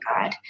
God